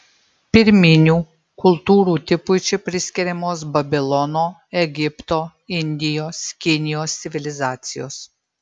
pirminių kultūrų tipui čia priskiriamos babilono egipto indijos kinijos civilizacijos